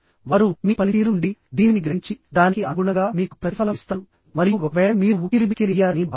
వారు మీ పనితీరు నుండి దీనిని గ్రహించిదానికి అనుగుణంగా మీకు ప్రతిఫలం ఇస్తారు మరియు ఒకవేళ మీరు ఉక్కిరిబిక్కిరి అయ్యారని భావిస్తే